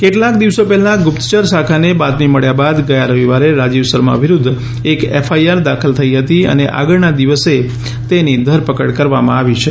કેટલાક દિવસો પહેલા ગુપ્તચર શાખાને બાતમી મળ્યા બાદ ગયા રવિવારે રાજીવ શર્મા વિરૂધ્ધ એક એફઆઇઆર દાખલ થઇ હતી અને આગળના દિવસે તેની ધરપકડ કરવામાં આવી છે